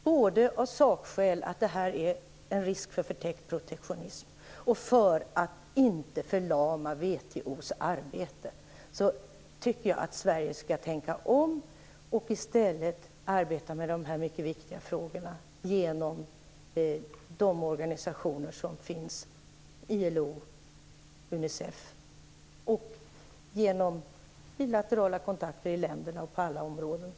Både av sakskäl - att det finns risk för förtäckt protektionism - och för att inte förlama WTO:s arbete borde Sverige tänka om och i stället arbeta med dessa viktiga frågor genom de organisationer som finns, bl.a. ILO och Unicef, och genom bilaterala kontakter mellan länderna.